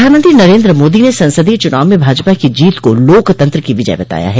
प्रधानमंत्री नरेन्द्र मोदी ने संसदीय चुनाव में भाजपा की जीत को लोकतंत्र की विजय बताया है